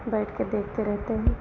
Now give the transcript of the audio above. बैठकर देखते रहते हैं